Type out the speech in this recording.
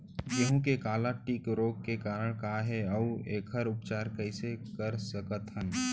गेहूँ के काला टिक रोग के कारण का हे अऊ एखर उपचार कइसे कर सकत हन?